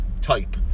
type